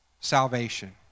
salvation